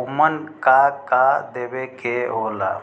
ओमन का का देवे के होला?